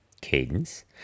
cadence